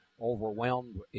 overwhelmed